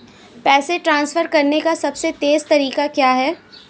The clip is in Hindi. पैसे ट्रांसफर करने का सबसे तेज़ तरीका क्या है?